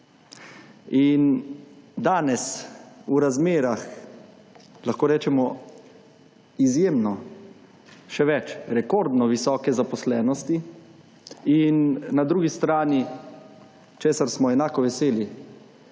In danes v razmerah, lahko rečemo, izjemno, še več, rekordno visoke zaposlenosti in na drugi strani, česar smo enako veselo,